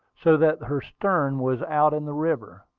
so that her stern was out in the river.